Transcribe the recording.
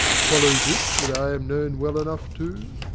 follows it that i am known well enough too?